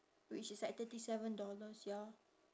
which is like thirty seven dollars ya